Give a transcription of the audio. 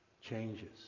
changes